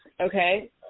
Okay